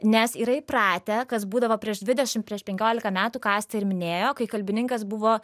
nes yra įpratę kas būdavo prieš dvidešimt prieš penkiolika metų ką aistė ir minėjo kai kalbininkas buvo